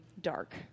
dark